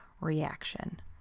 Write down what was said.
reaction